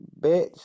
Bitch